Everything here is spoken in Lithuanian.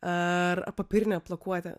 ar popierinę pakuotę